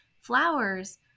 flowers